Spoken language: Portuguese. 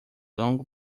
longo